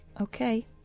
okay